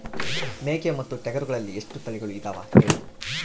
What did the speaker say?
ಮೇಕೆ ಮತ್ತು ಟಗರುಗಳಲ್ಲಿ ಎಷ್ಟು ತಳಿಗಳು ಇದಾವ ಹೇಳಿ?